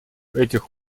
этих